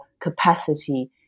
capacity